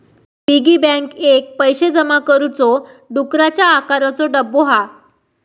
piggy bank एक पैशे जमा करुचो डुकराच्या आकाराचो डब्बो हा